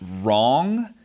wrong